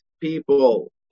people